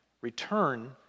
return